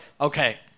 okay